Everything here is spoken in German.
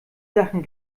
sachen